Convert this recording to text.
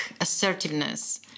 assertiveness